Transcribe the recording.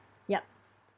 yup